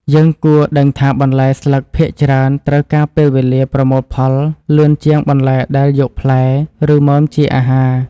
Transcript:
យើងគួរដឹងថាបន្លែស្លឹកភាគច្រើនត្រូវការពេលវេលាប្រមូលផលលឿនជាងបន្លែដែលយកផ្លែ ឬមើមជាអាហារ។